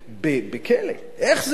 בכלא, איך זה ייראה?